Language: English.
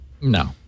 No